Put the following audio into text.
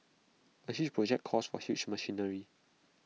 A huge project calls for huge machinery